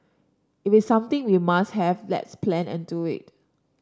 if it's something we must have let's plan and do it